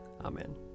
Amen